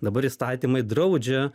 dabar įstatymai draudžia